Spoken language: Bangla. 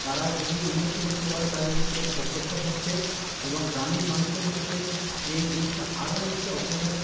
তারা যদি উন্নতি করতে পারে তাদের দিকে অগ্রসর হচ্ছে এবং গ্রামীণ মানুষদের মধ্যে এই জিনিসটা আরও বেশি অগ্রসর